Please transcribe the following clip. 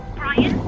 brian